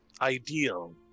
ideal